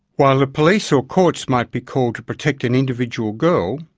while the police or courts might be called to protect an individual girl,